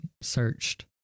searched